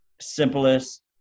simplest